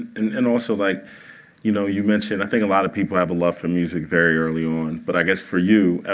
and and also, like you know, you mentioned, i think a lot of people have a love for music very early on. but i guess for you, ah